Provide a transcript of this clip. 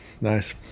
Nice